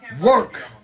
Work